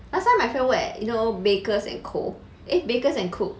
last time my friend work at you know bakers and co eh Baker and Cook